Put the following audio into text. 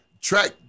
Track